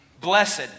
Blessed